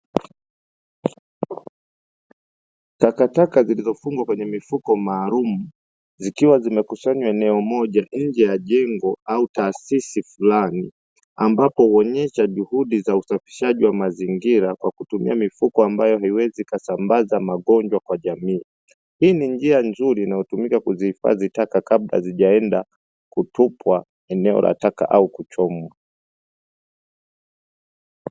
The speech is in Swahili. Takataka zilizofungwa kwenye mifuko maalumu zikiwa zimekusanywa eneo moja nje ya jengo au taasisi fulani, ambapo huonyesha juhudi za usafishaji wa mazingira kwa kutumia mifuko ambayo haiwezi ikasambaza magonjwa kwa jamii. Hii ni njia nzuri inayotumika kuzihifadhi taka kabla hazijaenda kutupwa eneo la taka au kuchomwa.